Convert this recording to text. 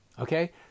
Okay